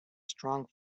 strong